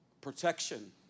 protection